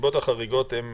הנסיבות החריגות הן